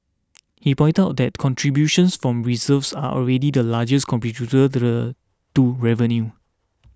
he pointed out that contributions from reserves are already the largest to the to revenues